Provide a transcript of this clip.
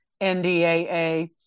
NDAA